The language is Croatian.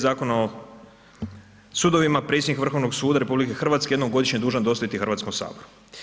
Zakona o sudovima predsjednik Vrhovnog suda RH jednom godišnje dostaviti Hrvatskom saboru.